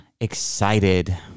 excited